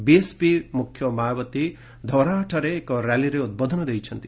BSP ମୁଖ୍ୟ ମାୟାବତୀ ଧୌରାହାଠାରେ ଏକ ର୍ୟାଲିରେ ଉଦ୍ବୋଧନ ଦେଇଛନ୍ତି